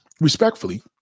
respectfully